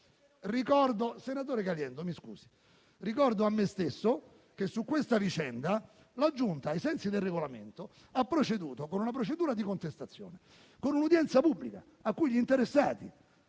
Ricordo a me stesso che su questa vicenda la Giunta, ai sensi del Regolamento, ha svolto una procedura di contestazione con un'udienza pubblica, che viene